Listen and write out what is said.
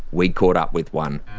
we caught up with one.